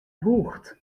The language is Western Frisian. hoecht